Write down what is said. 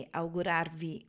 augurarvi